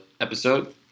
episode